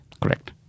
Correct